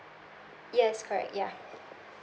yes correct ya